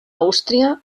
àustria